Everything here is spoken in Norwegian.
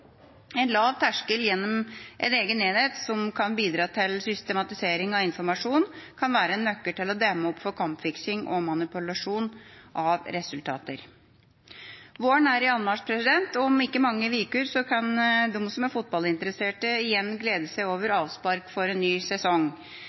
En lav terskel gjennom en egen enhet som kan bidra til systematisering av informasjon, kan være en nøkkel til å demme opp for kampfiksing og manipulasjon av resultater. Våren er i anmarsj, og om ikke mange uker kan de som er fotballinteressert, igjen glede seg over avspark for en ny sesong.